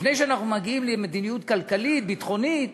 לפני שאנחנו מגיעים למדיניות כלכלית, ביטחונית,